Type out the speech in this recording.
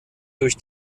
durch